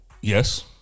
Yes